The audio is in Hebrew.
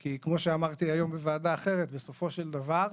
כי כמו שאמרתי היום בוועדה אחרת: בסופו של דבר,